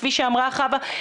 כפי שאמרה חנה,